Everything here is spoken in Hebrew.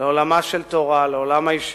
לעולמה של תורה, לעולם הישיבות,